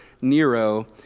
Nero